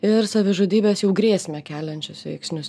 ir savižudybės jau grėsmę keliančius veiksnius